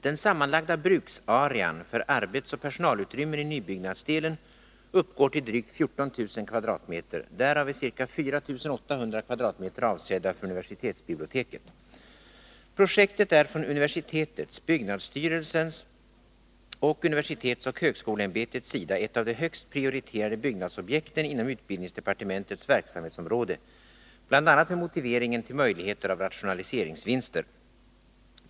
Den sammanlagda bruksarean för arbetsoch personalutrymmen i nybyggnadsdelen uppgår till drygt 14 000 m?. Därav är ca 4 800 m? avsedda för universitetsbiblioteket. Projektet är från universitetets, byggnadsstyrelsens och universitetsoch högskoleämbetets sida ett av de högst prioriterade byggnadsobjekten inom utbildningsdepartementets verksamhetsområde, bl.a. med motiveringen till möjligheter av rationaliseringsvinster.